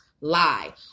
lie